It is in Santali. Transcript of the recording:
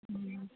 ᱦᱮᱸᱻ